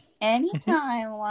Anytime